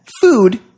Food